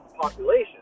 population